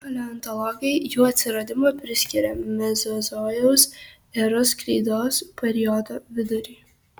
paleontologai jų atsiradimą priskiria mezozojaus eros kreidos periodo viduriui